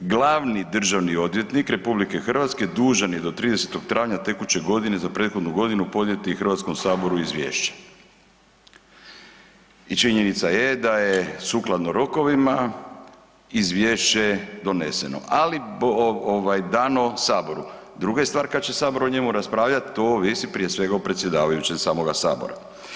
Glavni državni odvjetnik RH dužan je do 30. travnja tekuće godine za prethodnu godinu podnijeti Hrvatskom saboru izvješće.“ I činjenica je da je sukladno rokovima, izvješće doneseno ali dano Saboru, druga je stvar kad će Sabor o njemu raspravljati, to ovisi prije svega o predsjedavajućem samoga Sabora.